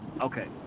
okay